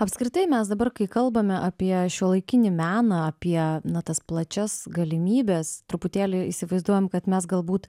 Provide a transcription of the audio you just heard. apskritai mes dabar kai kalbame apie šiuolaikinį meną apie na tas plačias galimybes truputėlį įsivaizduojam kad mes galbūt